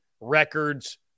records